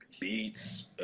beats